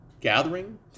gathering